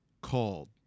called